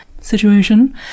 situation